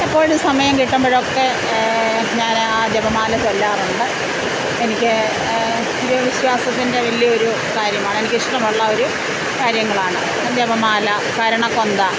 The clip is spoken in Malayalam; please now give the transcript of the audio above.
എപ്പോഴും സമയം കിട്ടുമ്പഴൊക്കെ ഞാൻ ആ ജപമാല ചൊല്ലാറുണ്ട് എനിക്ക് ദൈവ വിശ്വാസത്തിൻ്റെ വെല്യ ഒരു കാര്യമാണ് എനിക്ക് ഇഷ്ടമുള്ള ഒരു കാര്യങ്ങളാണ് അജപമാല കരണ കൊന്ത